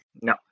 No